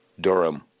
Durham